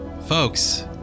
Folks